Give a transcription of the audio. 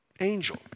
angel